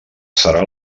serà